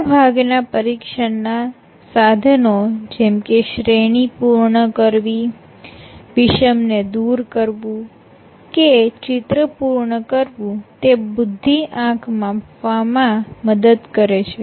મોટાભાગના પરિક્ષણના સાધનો જેમ કે શ્રેણી પૂર્ણ કરવી વિષમ ને દૂર કરવું કે ચિત્ર પૂર્ણ કરવું તે બુદ્ધિઆંક માપવામાં મદદ કરે છે